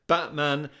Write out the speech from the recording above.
Batman